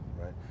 right